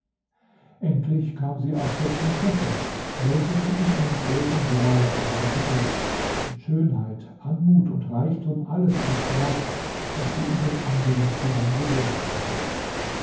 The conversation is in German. endlich kam sie auch zur prinzessin welche sie in einem großen saale erwartete dessen schönheit anmut und reichtum alles übertraf was sie in den anderen zimmern bewundert hatte